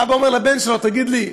האבא אומר לבן שלו: תגיד לי,